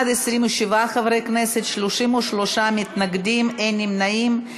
27 חברי כנסת, 33 מתנגדים, אין נמנעים.